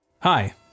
Hi